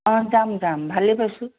অঁ যাম যাম ভালেই পাইছোঁ